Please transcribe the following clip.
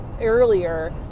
earlier